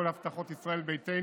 כל ההבטחות של ישראל ביתנו